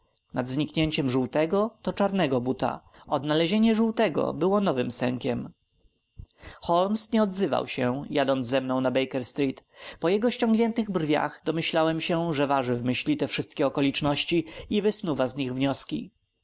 nad zniknięciem żółtego to czarnego buta odnalezienie żółtego było nowym sękiem holmes nie odzywał się jadąc ze mną na baker street po jego ściągniętych brwiach domyślałem się że waży w myśli te wszystkie okoliczności i wysnuwa z nich wnioski